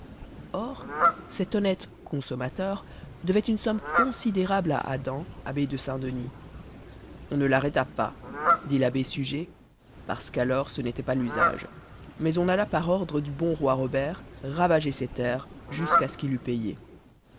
or cet honnête consommateur devait une somme considérable à adam abbé de saint-denis on ne l'arrêta pas dit l'abbé suger parce qu'alors ce n'était pas l'usage mais on alla par ordre du bon roi robert ravager ses terres jusqu'à ce qu'il eût payé